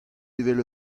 evel